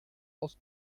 als